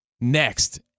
next